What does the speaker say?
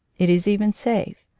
it is even safe,